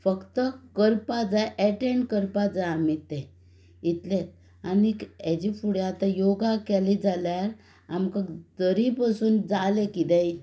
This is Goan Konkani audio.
फक्त करपा जाय एटॅण्ड करपा जाय आमी तें इतलेंत आनीक हेजे फुडें आतां योगा केली जाल्यार आमकां जरीय पसून जालें किदेंय